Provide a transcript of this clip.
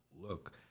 look